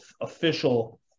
official